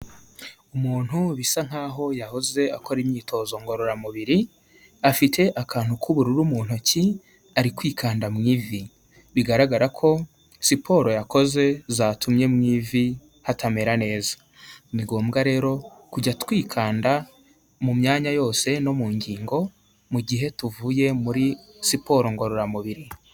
Umuntu bisa nkaho yahoze akora imyitozo ngororamubiri, afite akantu k'ubururu mu ntoki ari kwikanda mu ivi bigaragara ko siporo yakoze zatumye mu ivi hatamera neza, ni ngombwa rero kujya twikanda mu myanya yose no mu ngingo mu gihe tuvuye muri siporo ngororamubiri.